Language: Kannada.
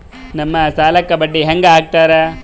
ನಮ್ ಸಾಲಕ್ ಬಡ್ಡಿ ಹ್ಯಾಂಗ ಹಾಕ್ತಾರ?